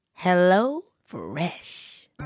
HelloFresh